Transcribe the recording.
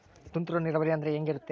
ತುಂತುರು ನೇರಾವರಿ ಅಂದ್ರೆ ಹೆಂಗೆ ಇರುತ್ತರಿ?